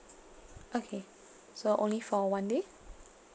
okay so only for one day